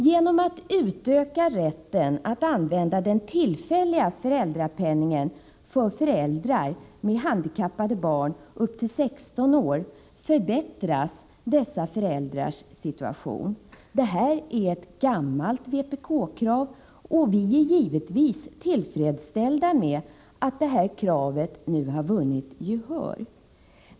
Genom att utöka rätten att använda den tillfälliga föräldrapenningen för föräldrar med handikappade barn upp till 16 år, skulle man förbättra dessa föräldrars situation. Detta är ett gammalt vpk-krav, och vi är givetvis tillfredsställda med att det här kravet nu har vunnit gehör.